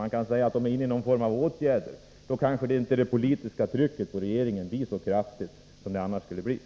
Man kan säga att de är föremål för någon form av åtgärder, och då blir kanske inte det politiska trycket på regeringen så kraftigt som det annars skulle ha blivit.